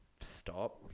Stop